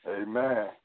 Amen